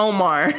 Omar